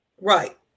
Right